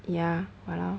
ya kind of